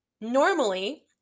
normally